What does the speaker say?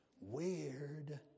weird